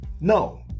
No